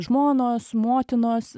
žmonos motinos